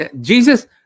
Jesus